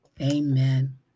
Amen